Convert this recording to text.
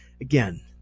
Again